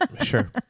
Sure